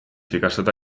vigastada